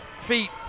feet